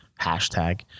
hashtag